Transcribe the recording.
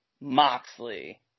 Moxley